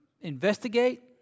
investigate